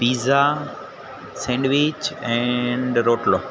pizza sandwich and રોટલો